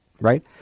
right